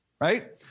right